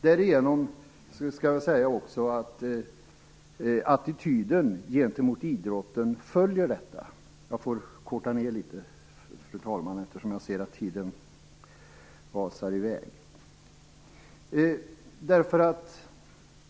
Därigenom skall vi också säga att attityden gentemot idrotten följer detta.